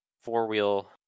four-wheel